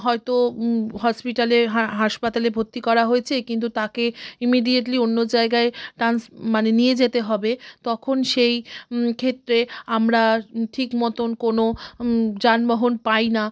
হয়তো হসপিটালে হাসপাতালে ভর্তি করা হয়েছে কিন্তু তাকে ইমিডিয়েটলি অন্য জায়গায় টান্স মানে নিয়ে যেতে হবে তখন সেই ক্ষেত্রে আমরা ঠিক মতন কোনো যানবহন পাই না